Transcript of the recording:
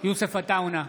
יוסף עטאונה,